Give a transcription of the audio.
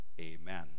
Amen